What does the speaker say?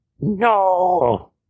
No